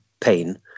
pain